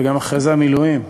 ואחרי זה המילואים,